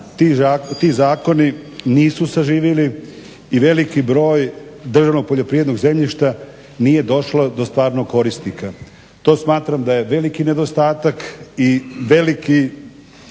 ti zakoni nisu zaživjeli i veliki broj državnog poljoprivrednog zemljišta nije došlo do stvarnog korisnika. To smatram da je veliki nedostatak i veliki